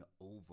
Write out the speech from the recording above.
over